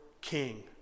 king